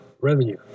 revenue